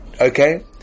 Okay